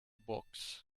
box